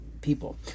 people